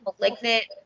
Malignant